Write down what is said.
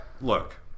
Look